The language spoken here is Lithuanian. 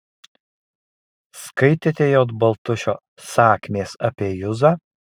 skaitėte j baltušio sakmės apie juzą